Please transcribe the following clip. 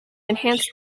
enhanced